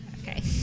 Okay